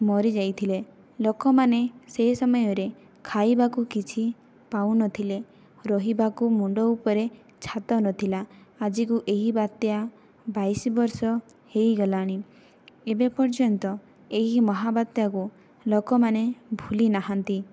ମରିଯାଇଥିଲେ ଲୋକମାନେ ସେ ସମୟରେ ଖାଇବାକୁ କିଛି ପାଉନଥିଲେ ରହିବାକୁ ମୁଣ୍ଡ ଉପରେ ଛାତ ନଥିଲା ଆଜିକୁ ଏହି ବାତ୍ୟା ବାଇଶ ବର୍ଷ ହୋଇଗଲାଣି ଏବେ ପର୍ଯ୍ୟନ୍ତ ଏହି ମହାବାତ୍ୟାକୁ ଲୋକମାନେ ଭୁଲି ନାହାନ୍ତି